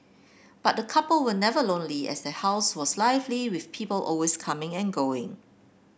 but the couple were never lonely as their house was lively with people always coming and going